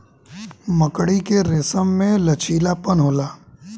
मकड़ी के रेसम में लचीलापन होला